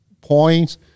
points